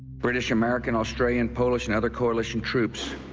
british, american, australian, polish and other coalition troops